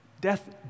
Death